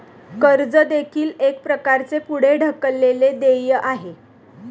कर्ज देखील एक प्रकारचे पुढे ढकललेले देय आहे